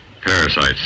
Parasites